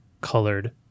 colored